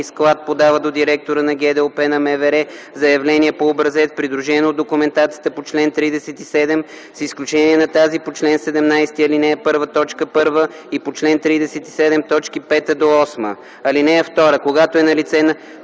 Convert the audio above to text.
склад подава до директора на ГДОП на МВР заявление по образец, придружено от документацията по чл. 37, с изключение на тази по чл. 17, ал. 1, т. 1 и по чл. 37, т. 5-8. (2) Когато е налице